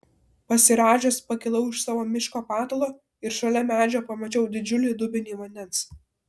pasirąžęs pakilau iš savo miško patalo ir šalia medžio pamačiau didžiulį dubenį vandens